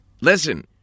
Listen